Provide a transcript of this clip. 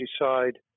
decide